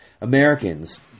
Americans